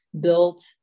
built